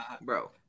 Bro